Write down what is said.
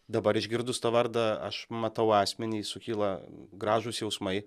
dabar išgirdus tą vardą aš matau asmenį sukyla gražūs jausmai